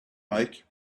lake